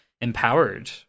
empowered